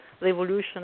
Revolution